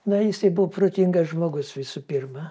na jisai buvo protingas žmogus visų pirma